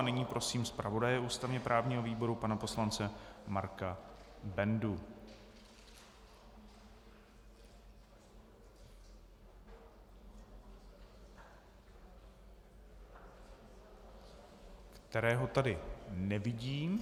Nyní prosím zpravodaje ústavněprávního výboru, pana poslance Marka Bendu kterého tady ale nevidím.